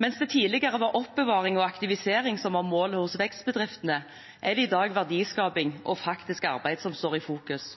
Mens det tidligere var oppbevaring og aktivisering som var målet hos vekstbedriftene, er det i dag verdiskaping og faktisk arbeid som står i fokus.